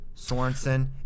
Sorensen